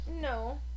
no